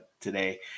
today